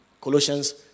Colossians